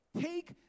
Take